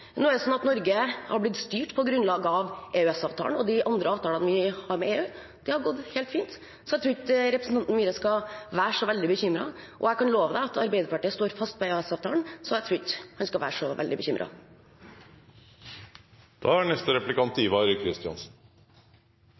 Norge har blitt styrt på grunnlag av EØS-avtalen og de andre avtalene vi har med EU. Det har gått helt fint, så jeg tror ikke representanten Myhre skal være så veldig bekymret. Jeg kan love deg at Arbeiderpartiet står fast på EØS-avtalen, så jeg tror ikke han skal være så veldig bekymret. Man er